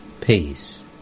peace